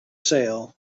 sale